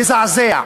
מזעזע.